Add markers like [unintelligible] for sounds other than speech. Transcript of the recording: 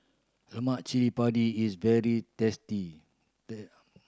Lemak cili padi is very tasty [unintelligible]